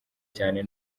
cyane